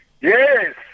Yes